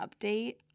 update